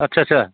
आच्चा आच्चा